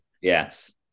Yes